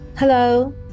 hello